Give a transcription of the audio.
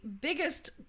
biggest